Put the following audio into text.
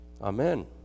Amen